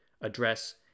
address